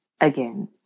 again